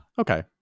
Okay